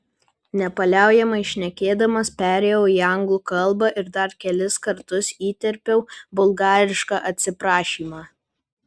nepaliaujamai šnekėdamas perėjau į anglų kalbą ir dar kelis kartus įterpiau bulgarišką atsiprašymą